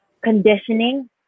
conditioning